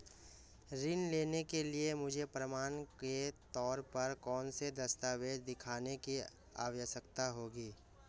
ऋृण लेने के लिए मुझे प्रमाण के तौर पर कौनसे दस्तावेज़ दिखाने की आवश्कता होगी?